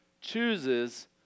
chooses